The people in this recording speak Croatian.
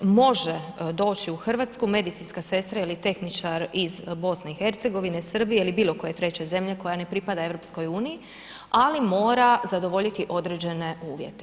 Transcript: Može, doći u Hrvatsku medicinska sestra ili tehničar iz BiH, Srbije ili bilo koje treće zemlje koja ne pripada EU ali mora zadovoljiti određene uvjete.